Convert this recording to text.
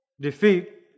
Defeat